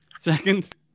Second